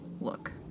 look